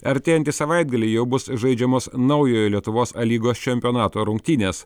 artėjantį savaitgalį jau bus žaidžiamos naujojo lietuvos a lygos čempionato rungtynės